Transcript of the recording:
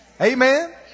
Amen